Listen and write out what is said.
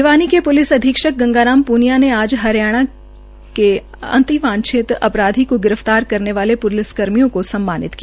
भिवानी के पुलिस अधीक्षक गंगा राम पुनिया ने आज हरियाणा के अतिवांछित अपराधी को गिरफ्तार करने वाले पुलिस कर्मियों को सम्मानित किया